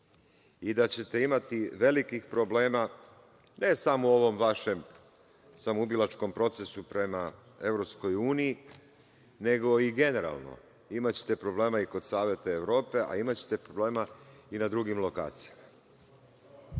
i da ćete imati velikih problema, ne samo u ovom vašem samoubilačkom procesu prema EU, nego i generalno. Imaćete problema i kod Saveta Evrope, a imaćete problema i na drugim lokacijama.